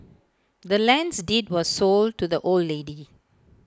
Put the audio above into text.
the land's deed was sold to the old lady